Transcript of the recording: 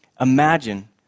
Imagine